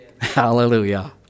Hallelujah